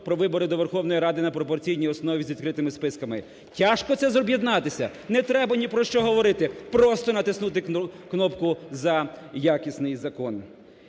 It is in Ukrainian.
про вибори до Верховної Ради на пропорційній основі з відкритими списками. Тяжко це об'єднатися? Не треба ні про що говорити, просто натиснути кнопку за якісний закон.